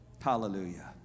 Hallelujah